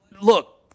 look